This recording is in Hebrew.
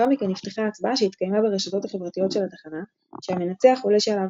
מכן נפתחה ההצבעה שהתקיימה ברשתות החברתיות של התחנה שהמנצח עולה שלב,